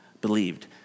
believed